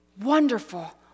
Wonderful